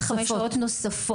עד חמש שעות נוספות.